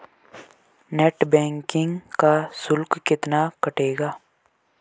Net banking का शुल्क कितना कटेगा?